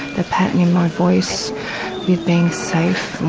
the pattern in my voice with being safe